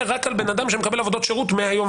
רק על בן אדם שמקבל עבודות שירות מהיום